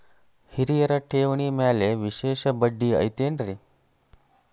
ಹಿರಿಯರ ಠೇವಣಿ ಮ್ಯಾಲೆ ವಿಶೇಷ ಬಡ್ಡಿ ಐತೇನ್ರಿ?